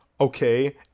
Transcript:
okay